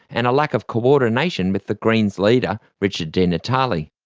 and a lack of coordination with the greens leader richard di natale.